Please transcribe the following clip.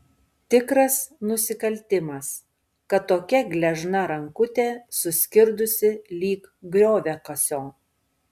tikras nusikaltimas kad tokia gležna rankutė suskirdusi lyg grioviakasio